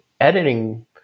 editing